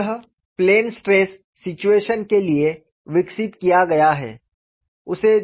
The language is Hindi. और यह प्लेन स्ट्रेस सिचुएशन के लिए विकसित किया गया है